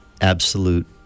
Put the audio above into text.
absolute